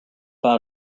out